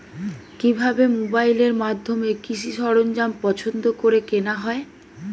কিভাবে মোবাইলের মাধ্যমে কৃষি সরঞ্জাম পছন্দ করে কেনা হয়?